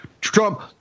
Trump